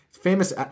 Famous